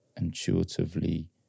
intuitively